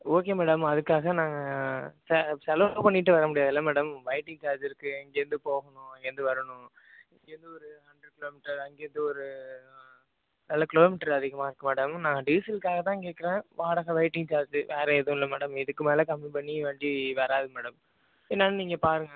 okay madam அதுக்காக நாங்கள் செ செலவு பண்ணிட்டு வர முடியாதுல்ல மேடம் வெயிட்டிங் சார்ஜிருக்குது இங்கேயிருந்து போகணும் அங்கேயிருந்து வரணும் இங்கேயிருந்து ஒரு ஹண்ட்ரட் கிலோ மேட்டர் அங்கேயிருந்து ஒரு அதில் கிலோ மீட்டரு அதிகமாயிருக்கு மேடம் நாங்கள் டீசலுக்காகதான் கேட்குறேன் வாடகை வெயிட்டிங் சார்ஜி வேற எதுவும் இல்லை மேடம் இதுக்கு மேலே கம்மி பண்ணி வண்டி வராது மேடம் என்னன்னு நீங்கள் பாருங்கள்